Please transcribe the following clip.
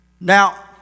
Now